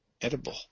edible